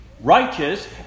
righteous